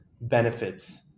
benefits